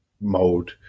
mode